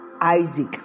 Isaac